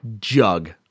jug